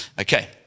okay